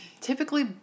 Typically